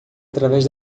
através